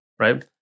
Right